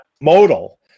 modal